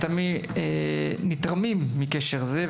נתרמים מקשר זה.